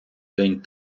день